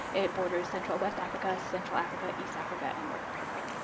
it borders central west africa, central africa, east africa, and north africa.